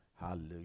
Hallelujah